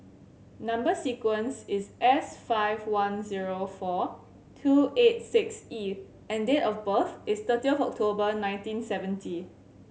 number sequence is S five one zero four two eight six E and date of birth is thirty of October nineteen seventy